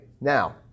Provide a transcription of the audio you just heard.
Now